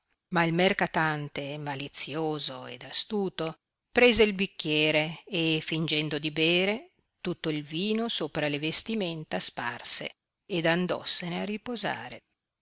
ma il mercatante malizioso ed astuto prese il bicchiere e fingendo di bere tutto il vino sopra le vestimenta sparse ed andossene a riposare